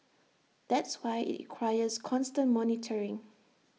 that's why IT requires constant monitoring